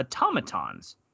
automatons